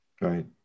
Right